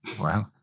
Wow